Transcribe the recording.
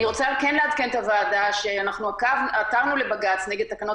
אני כן רוצה לעדכן את הוועדה על כך שאנחנו עתרנו לבג"ץ נגד תקנות